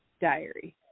Diary